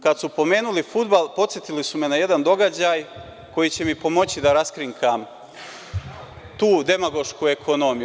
Kada su pomenuli fudbal, podsetili su me na jedan događaj koji će mi pomoći da raskrinkam tu demagošku ekonomiju.